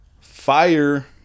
fire